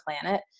planet